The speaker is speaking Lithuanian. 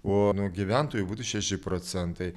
o gyventojų būtų šeši procentai